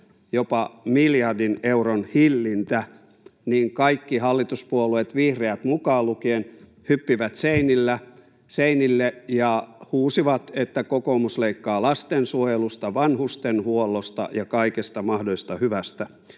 jopa miljardin euron hillintä, kaikki hallituspuolueet, vihreät mukaan lukien, hyppivät seinille ja huusivat, että kokoomus leikkaa lastensuojelusta, vanhustenhuollosta ja kaikesta mahdollisesta hyvästä.